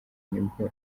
nibwo